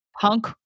punk